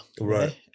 right